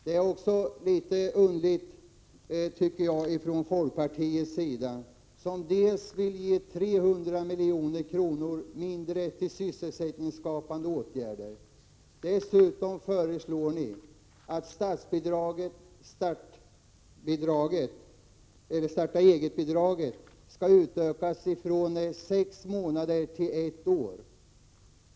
Det är litet underligt, tycker jag, att folkpartiet dels vill ge 300 milj.kr. mindre till sysselsättningsskapande åtgärder, dels föreslår att starta-egetbidraget skall utökas från sex månader till ett år.